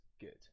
good